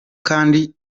kandi